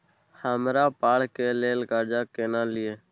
हमरा पढ़े के लेल कर्जा केना लिए?